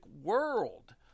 world